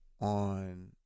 on